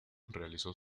realizó